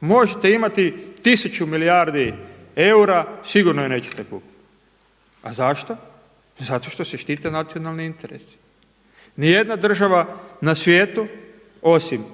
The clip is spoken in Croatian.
Možete imati tisuću milijardi eura, sigurno je nećete kupiti. A zašto? Zato što se štite nacionalni interesi. Nijedna država na svijetu osim